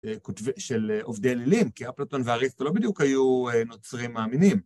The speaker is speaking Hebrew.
של עובדי אלילים, כי אפלטון והריסטו לא בדיוק היו נוצרים מאמינים.